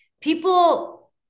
People